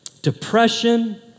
Depression